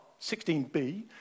16b